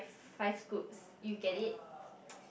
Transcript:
five scoops you get it